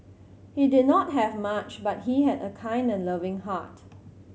he did not have much but he had a kind and loving heart